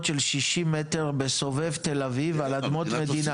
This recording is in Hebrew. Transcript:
של 60 מטר בסובב תל אביב על אדמות מדינה